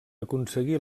aconseguí